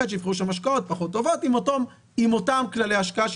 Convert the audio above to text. שייקחו שם השקעות פחות טובות עם אותם כללי השקעה,